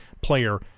player